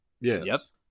Yes